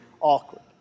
awkward